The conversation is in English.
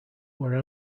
were